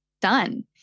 done